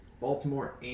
Baltimore